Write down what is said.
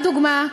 לדוגמה,